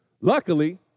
Luckily